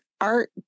art